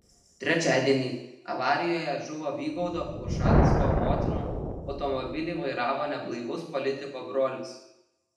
trečiadienį avarijoje žuvo vygaudo ušacko motina automobilį vairavo neblaivus politiko brolis